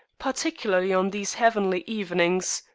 particularly on these heavenly evenings.